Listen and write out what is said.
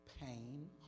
pain